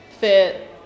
fit